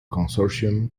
consortium